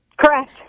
Correct